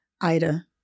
Ida